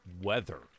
weather